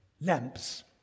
Lamps